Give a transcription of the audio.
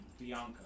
Bianca